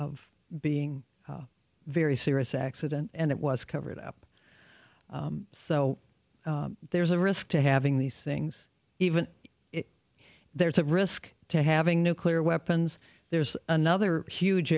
of being very serious accident and it was covered up so there's a risk to having these things even if there is a risk to having nuclear weapons there's another huge